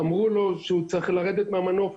אמרו לו שהוא צריך לרדת מהמנוף,